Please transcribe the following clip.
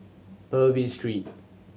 Purvis Street